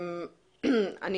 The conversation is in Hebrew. אני